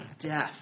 death